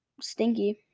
stinky